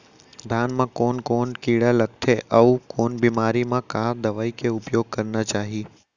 धान म कोन कोन कीड़ा लगथे अऊ कोन बेमारी म का दवई के उपयोग करना चाही?